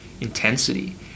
intensity